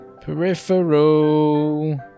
peripheral